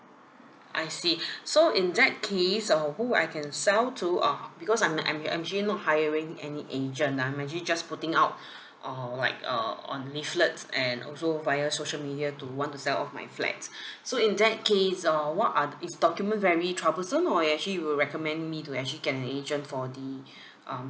I see so in that case uh who I can sell to uh because I'm I'm uh actually not hiring any agent lah I'm actually just putting out err like uh on leaflets and also via social media to want to sell off my flat so in that case uh what are the is the document very troublesome or actually you'll recommend me to actually get an agent for the um